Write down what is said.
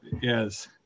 yes